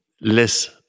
less